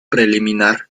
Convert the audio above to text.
preliminar